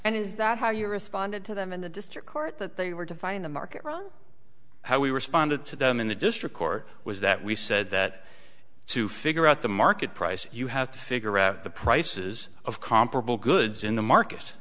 and is that how you responded to them in the district court that they were defining the market how we responded to them in the district court was that we said that to figure out the market price you have to figure out the prices of comparable goods in the market